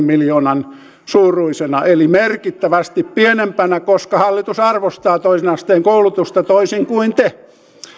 miljoonan suuruisena eli merkittävästi pienempänä koska hallitus arvostaa toisen asteen koulutusta toisin kuin te